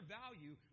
value